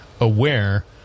aware